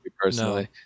personally